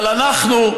אבל אנחנו,